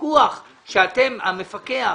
הפיקוח של המפקח,